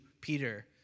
Peter